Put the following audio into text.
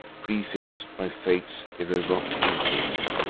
prefix'd by fate's irrevocable doom,